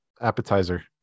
appetizer